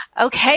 Okay